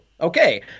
Okay